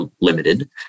limited